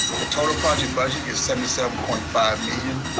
the total project budget is seventy seven point five million,